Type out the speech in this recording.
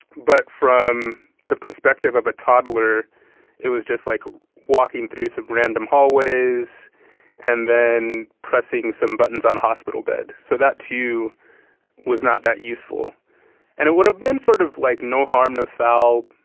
but from the perspective of a toddler it was just like walking through some random hallways and then pressing some buttons on hospital bed. so that too was not that useful and it would have been sort of like no harm no foul.